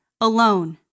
alone